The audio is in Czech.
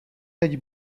teď